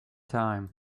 time